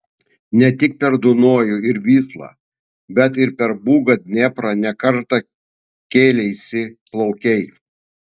ne tik per dunojų ir vyslą bet ir per bugą dnieprą ne kartą kėleisi plaukei